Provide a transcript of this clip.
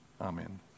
Amen